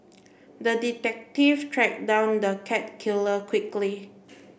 the detective tracked down the cat killer quickly